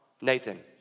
Nathan